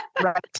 right